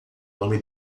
nome